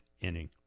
inning